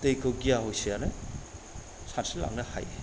दैखौ गिया हसियानो सानस्रिलांनो हायो